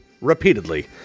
Repeatedly